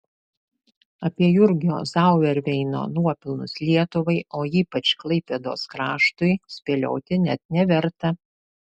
apie jurgio zauerveino nuopelnus lietuvai o ypač klaipėdos kraštui spėlioti net neverta